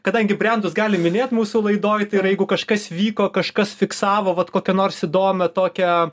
kadangi brendus galim minėt mūsų laidoj tai yra jeigu kažkas vyko kažkas fiksavo vat kokią nors įdomią tokią